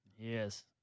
yes